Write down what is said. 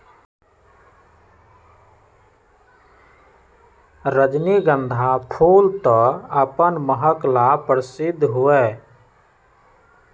रजनीगंधा फूल तो अपन महक ला प्रसिद्ध हई